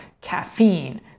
caffeine